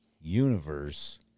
universe